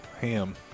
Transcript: Ham